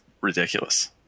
ridiculous